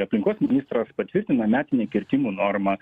aplinkos ministras patvirtina metinę kirtimų normą